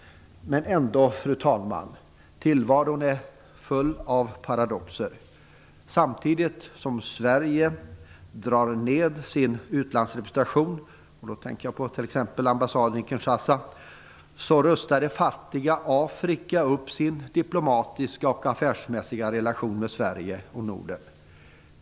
Men, fru talman, tillvaron är full av paradoxer. Samtidigt som Sverige drar ned sin utlandsrepresentation - jag tänker t.ex. på ambassaden i Kinshasa - rustar det fattiga Afrika upp sin diplomatiska och affärsmässiga relation med Sverige och Norden.